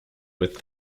with